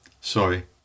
Sorry